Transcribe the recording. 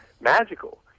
magical